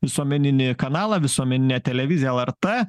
visuomeninį kanalą visuomeninę televiziją lrt